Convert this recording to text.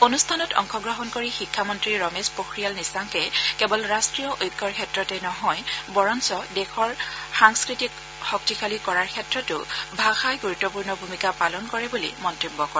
অনুষ্ঠানত অংশগ্ৰহণ কৰি শিক্ষামন্ত্ৰী ৰমেশ পোখৰিয়াল নিশাংকে কেৱল ৰাষ্ট্ৰীয় ঐক্যৰ ক্ষেত্ৰতে নহয় বৰঞ্চ দেশৰ সংস্থতিক শক্তিশালী কৰাৰ ক্ষেত্ৰটো ভাষাই গুৰুত্বপূৰ্ণ ভূমিকা পালন কৰে বুলি মন্তব্য কৰে